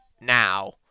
now